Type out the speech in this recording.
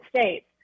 states